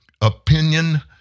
opinion